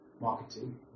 marketing